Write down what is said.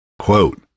Quote